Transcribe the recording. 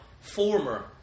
former